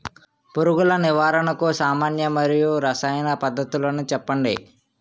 పురుగుల నివారణకు సామాన్య మరియు రసాయన పద్దతులను చెప్పండి?